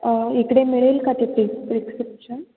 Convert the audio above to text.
इकडे मिळेल का ति पिक प्रिस्क्रिप्शन